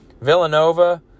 Villanova